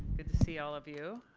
good to see all of you.